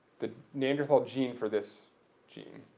that neanderthal gene for this gene,